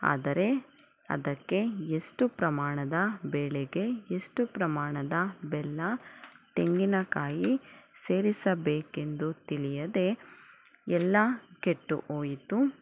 ಆದರೆ ಅದಕ್ಕೆ ಎಷ್ಟು ಪ್ರಮಾಣದ ಬೇಳೆಗೆ ಎಷ್ಟು ಪ್ರಮಾಣದ ಬೆಲ್ಲ ತೆಂಗಿನಕಾಯಿ ಸೇರಿಸಬೇಕೆಂದು ತಿಳಿಯದೆ ಎಲ್ಲ ಕೆಟ್ಟು ಹೋಯಿತು